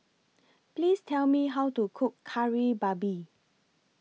Please Tell Me How to Cook Kari Babi